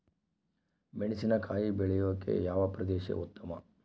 ಮೆಣಸಿನಕಾಯಿ ಬೆಳೆಯೊಕೆ ಯಾವ ಪ್ರದೇಶ ಉತ್ತಮ?